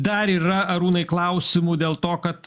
dar yra arūnai klausimų dėl to kad